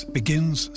begins